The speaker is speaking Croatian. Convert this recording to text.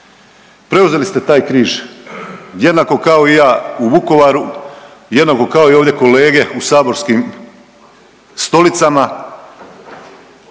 preuzeli ste taj križ jednako kao i ja u Vukovaru, jednako kao i ovdje kolege u saborskim stolicama.